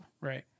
Right